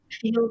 feel